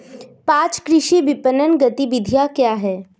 पाँच कृषि विपणन गतिविधियाँ क्या हैं?